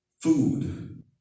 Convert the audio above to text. food